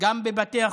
גם בבתי החולים,